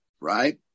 right